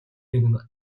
нэгэн